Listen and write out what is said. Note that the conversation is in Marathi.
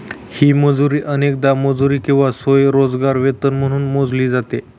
ही मजुरी अनेकदा मजुरी किंवा स्वयंरोजगार वेतन म्हणून मोजली जाते